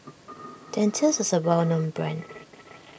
Dentiste is a well known brand